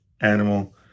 animal